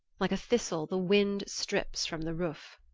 like a thistle the wind strips from the roof.